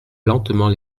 lentement